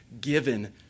given